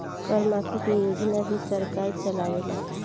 कर माफ़ी के योजना भी सरकार चलावेला